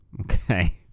Okay